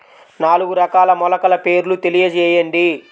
నాలుగు రకాల మొలకల పేర్లు తెలియజేయండి?